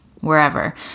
wherever